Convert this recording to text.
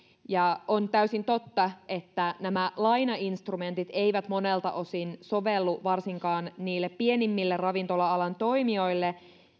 on täysin totta että nä mä lainainstrumentit eivät monelta osin sovellu varsinkaan niille pienimmille ravintola alan toimijoille